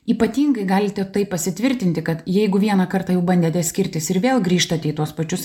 ypatingai galite taip pasitvirtinti kad jeigu vieną kartą jau bandėte skirtis ir vėl grįžtat į tuos pačius